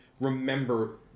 remember